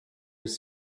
was